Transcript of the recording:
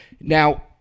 Now